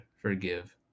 forgive